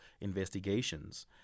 investigations